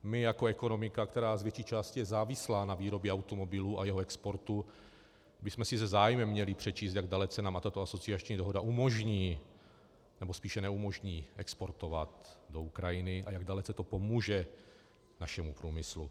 My jako ekonomika, která z větší části je závislá na výrobě automobilů a jejich exportu, bychom si se zájmem měli přečíst, jak dalece nám tato asociační dohoda umožní, nebo spíše neumožní exportovat do Ukrajiny a jak dalece to pomůže našemu průmyslu.